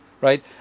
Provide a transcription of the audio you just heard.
Right